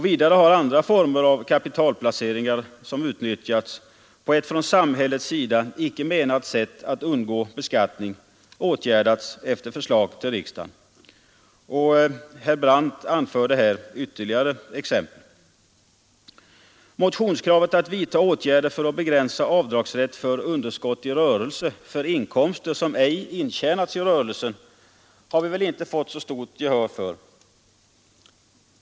Vidare har andra förmåner av kapitalplaceringar, som utnyttjats på ett från samhällets sida icke menat sätt för att vederbörande skall undgå beskattning, blivit föremål för åtgärder efter förslag till riksdagen. Herr Brandt anförde här ytterligare exempel. Motionskravet att man skall vidta åtgärder för att begränsa avdragsrätten för underskott i rörelse för inkomster som ej intjänats i rörelsen har vi väl inte fått så stort gehör för.